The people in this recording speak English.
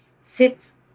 sits